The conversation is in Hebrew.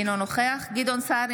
אינו נוכח גדעון סער,